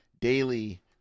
daily